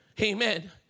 Amen